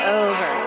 over